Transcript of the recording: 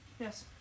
Yes